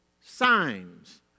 signs